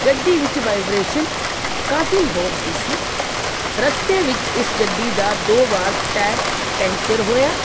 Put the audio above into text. ਗੱਡੀ ਵਿੱਚ ਵਾਈਵਰੇਸ਼ਨ ਕਾਫੀ ਹੋ ਰਹੀ ਸੀ ਰਸਤੇ ਵਿੱਚ ਇਸ ਗੱਡੀ ਦਾ ਦੋ ਵਾਰ ਟਾਇਰ ਪੈਂਚਰ ਹੋਇਆ